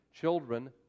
Children